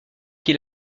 qui